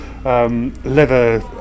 Leather